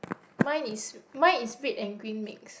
mine is mine is red and green mix